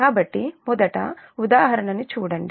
కాబట్టి మొదటి ఉదాహరణ చూడండి